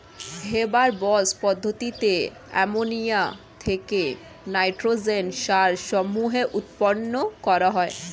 Haber Bosch পদ্ধতিতে ammonia থেকে nitrogen সার সমূহ উৎপন্ন করা হয়